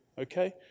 Okay